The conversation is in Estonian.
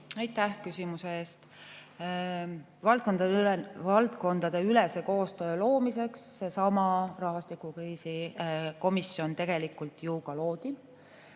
Aitäh küsimuse eest! Valdkondadeülese koostöö loomiseks seesama rahvastikukriisi komisjon tegelikult ju ka loodi,